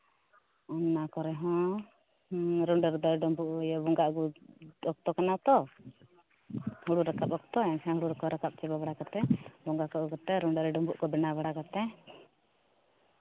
ᱚᱱᱟ ᱠᱚᱨᱮ ᱦᱚᱸ ᱨᱩᱸᱰᱟᱹ ᱨᱮᱫᱚ ᱰᱩᱸᱵᱩᱜ ᱵᱚᱸᱜᱟᱜ ᱵᱩᱨᱩᱜ ᱚᱠᱛᱚ ᱠᱟᱱᱟ ᱛᱚ ᱦᱩᱲᱩ ᱨᱟᱠᱟᱵᱽ ᱚᱠᱛᱚ ᱮᱱᱠᱷᱟᱱ ᱫᱚ ᱦᱩᱲᱩ ᱠᱚ ᱨᱟᱠᱟᱵᱽ ᱪᱟᱵᱟ ᱵᱟᱲᱟ ᱠᱟᱛᱮᱫ ᱵᱚᱸᱜᱟ ᱠᱚ ᱟᱹᱜᱩ ᱠᱟᱛᱮᱫ ᱨᱩᱸᱰᱟᱹ ᱨᱮ ᱰᱩᱸᱵᱩᱜ ᱠᱚ ᱵᱮᱱᱟᱣ ᱵᱟᱲᱟ ᱠᱟᱛᱮᱫ